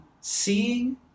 seeing